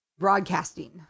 broadcasting